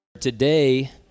Today